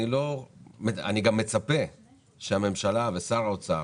אני מצפה שהממשלה, ששר האוצר